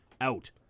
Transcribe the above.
Out